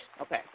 Okay